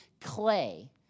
clay